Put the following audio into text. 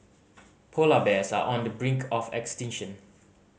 polar bears are on the brink of extinction